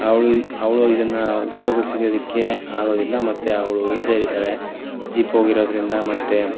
ಅವಳು ಅವಳು ಇದನ್ನು ಉಪಯೋಗಿಸಲಿಕ್ಕೆ ಆಗೋದಿಲ್ಲ ಮತ್ತೆ ಅವಳು ಹಿಂಜರಿತಾಳೆ ಜಿಪ್ ಹೋಗಿರೋದ್ರಿಂದ ಮತ್ತೆ